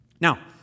Now